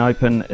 Open